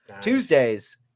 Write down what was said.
Tuesdays